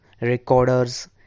recorders